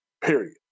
Period